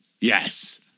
yes